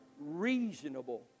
reasonable